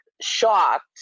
shocked